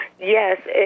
yes